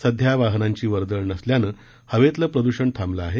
सध्या वाहनांची वर्दळ नसल्यानं हवेतल प्रदूषण थांबल आहे